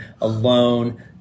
alone